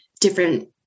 different